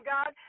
God